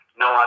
no